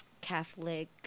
Catholic